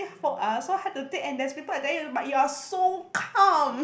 so hard to take and there's people attack you but you're so calm